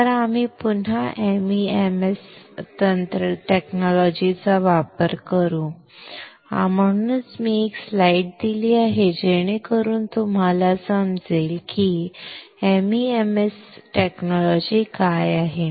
तर आम्ही पुन्हा MEMS तंत्रज्ञानाचा वापर करू म्हणूनच मी एक स्लाइड दिली आहे जेणेकरून तुम्हाला समजेल की MEMS तंत्रज्ञान काय आहे